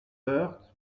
woerth